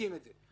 שמצדיקים את זה,